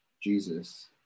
jesus